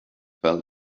felt